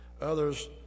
others